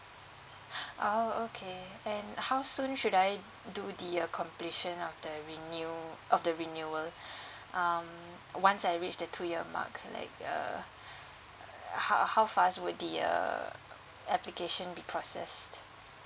orh okay and how soon should I do the uh completion of the renew~ of the renewal um once I reached the two year mark like uh err how how fast would the err application be processed